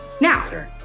Now